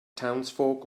townsfolk